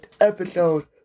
episode